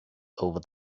over